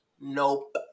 Nope